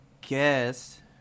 guess